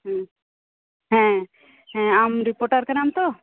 ᱦᱮᱸ ᱦᱮᱸ ᱦᱮᱸ ᱟᱢ ᱫᱚ ᱨᱤᱯᱳᱴᱟᱨ ᱠᱟᱱᱟᱢ ᱛᱚ